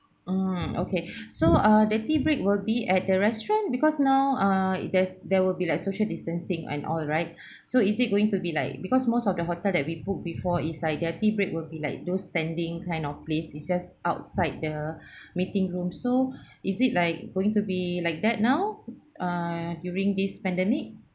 mm okay so uh the tea break will be at the restaurant because now ah it there's there will be like social distancing and all the right so is it going to be like because most of the hotel that we booked before it's like their tea break will be like those standing kind of place is just outside the meeting room so is it like going to be like that now err during this pandemic